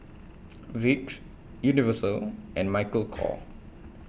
Vicks Universal and Michael Kors